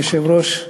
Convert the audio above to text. אדוני היושב-ראש,